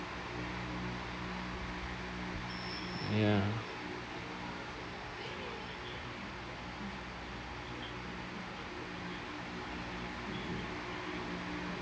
ya